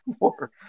more